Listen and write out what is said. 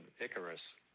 Icarus